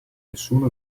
nessuno